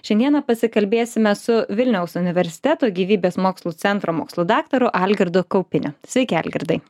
šiandieną pasikalbėsime su vilniaus universiteto gyvybės mokslų centro mokslų daktaru algirdu kaupiniu sveiki algirdai